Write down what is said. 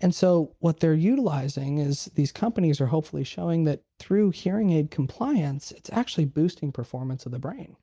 and so what they're utilizing is these companies are hopefully showing that through hearing aid compliance, it's actually boosting performance of the brain